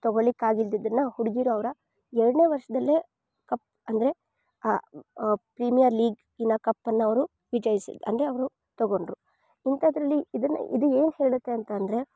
ತೊಗೋಳಿಕ್ಕೆ ಆಗಿದಿದ್ದಿಲ್ಲ ಹುಡುಗಿರು ಅವ್ರ ಎರಡನೇ ವರ್ಷದಲ್ಲೇ ಕಪ್ ಅಂದರೆ ಆ ಪ್ರೀಮಿಯರ್ ಲೀಗ್ ಇನ ಕಪ್ಪನ್ನು ಅವರು ವಿಜಯಿಸಿದ ಅಂದರೆ ಅವರು ತೊಗೊಂಡರು ಇಂಥದ್ರಲ್ಲಿ ಇದನ್ನು ಇದು ಏನು ಹೇಳುತ್ತೆ ಅಂತ ಅಂದ್ರೆ